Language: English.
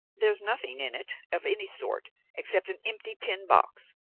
there's nothing in it of any sort except an empty tin box.